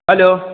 hello